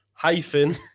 hyphen